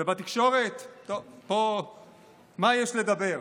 ובתקשורת, טוב, פה מה יש לדבר?